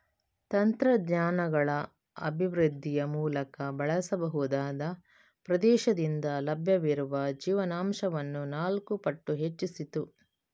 ತಂತ್ರಜ್ಞಾನಗಳ ಅಭಿವೃದ್ಧಿಯ ಮೂಲಕ ಬಳಸಬಹುದಾದ ಪ್ರದೇಶದಿಂದ ಲಭ್ಯವಿರುವ ಜೀವನಾಂಶವನ್ನು ನಾಲ್ಕು ಪಟ್ಟು ಹೆಚ್ಚಿಸಿತು